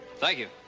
thank you.